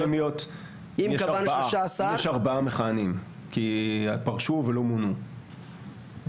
אם יש ארבעה מכהנים כי פרשו ולא מונו,